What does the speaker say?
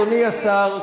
אדוני השר,